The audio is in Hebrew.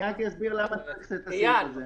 אני רק אסביר את הסעיף הזה.